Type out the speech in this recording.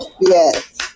Yes